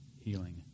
healing